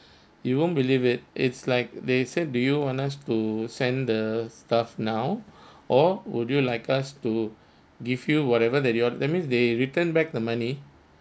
you won't believe it it's like they said do you want us to send the staff now or would you like us to give you whatever that you are that means they return back the money